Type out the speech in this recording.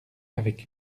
avec